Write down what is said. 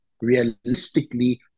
realistically